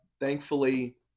thankfully